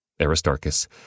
Aristarchus